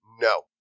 No